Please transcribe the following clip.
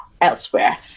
elsewhere